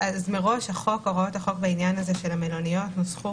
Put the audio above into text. מראש הוראות החוק בעניין המלוניות נוסחו